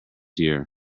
year